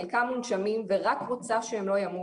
חלקן מונשמים ורק רוצה שהם לא ימותו.